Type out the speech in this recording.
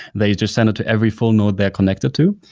they just send it to every full node they're connected to,